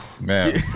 Man